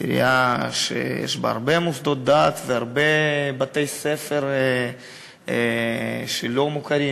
עיר שיש בה הרבה מוסדות דת והרבה בתי-ספר לא מוכרים,